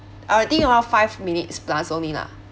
uh think around five minutes plus only lah